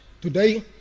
Today